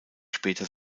später